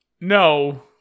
No